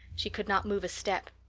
she could not move a step.